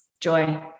joy